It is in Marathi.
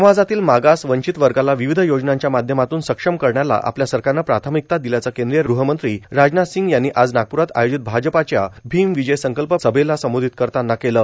समाजातील मागास वंचित वर्गाला विविध योजनांच्या माध्यमातून सक्षम करण्याला आपल्या सरकारनं प्राथमिकता दिल्याचं केंद्रीय ग्रहमंत्री राजनाथ सिंग यांनी आज नागप्ररात आयोजित भाजपाच्या भीम विजय संकल्प सभेला संबोधित करताना केलं